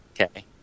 Okay